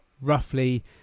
roughly